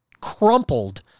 crumpled